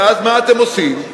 ואז מה אתם עושים?